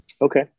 Okay